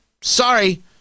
Sorry